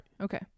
okay